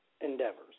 endeavors